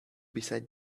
beside